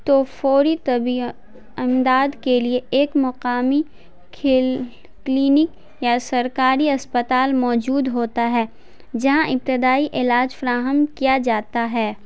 تو فوری طبی امداد کے لیے ایک مقامی کھیل کلینک یا سرکاری اسپتال موجود ہوتا ہے جہاں ابتدائی علاج فراہم کیا جاتا ہے